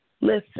Listen